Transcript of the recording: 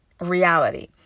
reality